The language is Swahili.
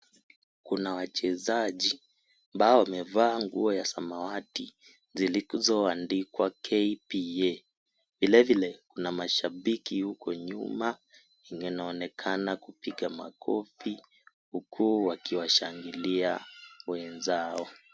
Kuna wachezaji ambao wamevaa nguo ya samawati zilizoandikwa KPA vile vile kuna mashabiki huko nyuma wanaonekana kupiga makofi huku wakiwashangilia wenzao.